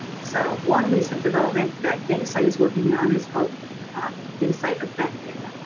so one recent development that datacite is working on is called datacite event data.